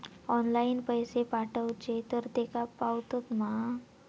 Online पैसे पाठवचे तर तेका पावतत मा?